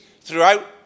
throughout